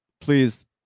Please